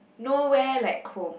nowhere like home